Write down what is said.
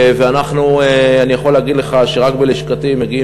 אני יכול להגיד לך שרק ללשכתי מגיעות